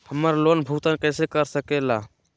हम्मर लोन भुगतान कैसे कर सके ला?